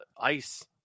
ice